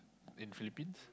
in Philippines